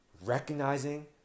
recognizing